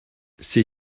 ces